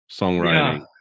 songwriting